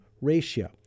ratio